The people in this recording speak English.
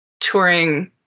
touring